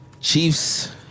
Chiefs